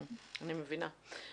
אני מבינה.